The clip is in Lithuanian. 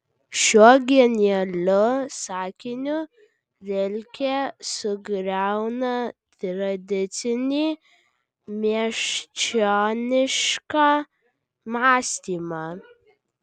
šiuo genialiu sakiniu rilke sugriauna tradicinį miesčionišką mąstymą